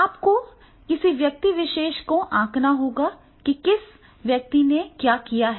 आपको किसी व्यक्ति विशेष को आंकना होगा कि किस व्यक्ति ने क्या किया है